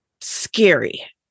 scary